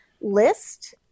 list